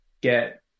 get